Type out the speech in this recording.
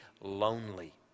lonely